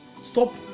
Stop